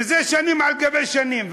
וזה שנים על שנים,